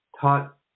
taught